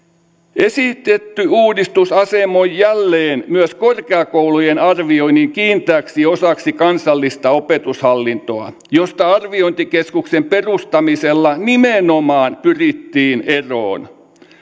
esitetty uudistus asemoi jälleen myös korkeakoulujen arvioinnin kiinteäksi osaksi kansallista opetushallintoa josta arviointikeskuksen perustamisella nimenomaan pyrittiin eroon